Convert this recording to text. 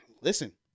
listen